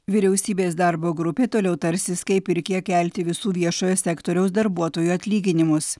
vyriausybės darbo grupė toliau tarsis kaip ir kiek kelti visų viešojo sektoriaus darbuotojų atlyginimus